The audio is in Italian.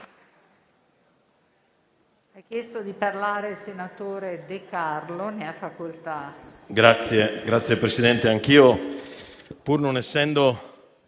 Grazie, Presidente.